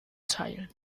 teilen